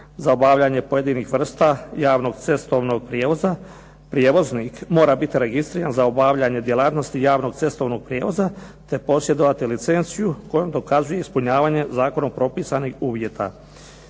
Za obavljanje pojedinih vrsta javnog cestovnog prijevoza prijevoznik mora bit registriran za obavljanje djelatnosti javnog cestovnog prijevoza te posjedovati licenciju kojom dokazuje ispunjavanje zakonom propisanih uvjeta.